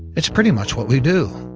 it's pretty much what we do.